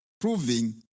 proving